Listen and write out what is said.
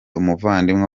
umuvandimwe